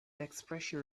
expression